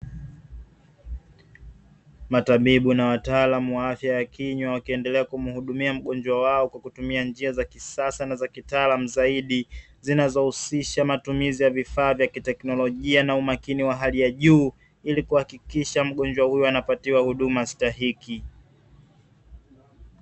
Matabibu na wataalamu wa afya ya kinywa wakiendelea kumuhudumia mgonjwa wao, kwa kutumia njia za kisasa na zakitaalamu zaidi zinazohusisha matumizi ya vifaa vya kitekinolojia, na umakini wa hali ya juu ili kuhakikisha mgonjw ahuyo anapatiwa huduma stahiki.